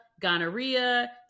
gonorrhea